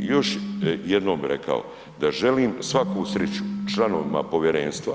I još jednom bi rekao da želim svaku sriću članovima povjerenstva